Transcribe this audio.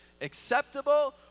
acceptable